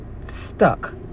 stuck